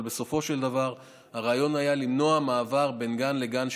אבל בסופו של דבר הרעיון היה למנוע מעבר בין גן לגן,